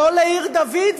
לא לעיר דוד,